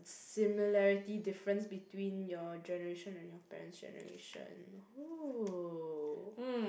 similarity difference between your generation and your parent's generation !oo!